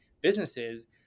businesses